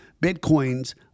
bitcoins